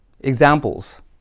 Examples